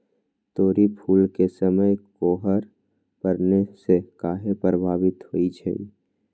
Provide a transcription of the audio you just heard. तोरी फुल के समय कोहर पड़ने से काहे पभवित होई छई?